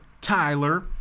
Tyler